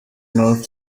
north